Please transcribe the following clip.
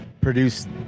produced